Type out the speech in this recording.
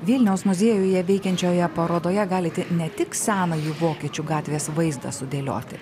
vilniaus muziejuje veikiančioje parodoje galite ne tik senąjį vokiečių gatvės vaizdą sudėlioti